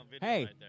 Hey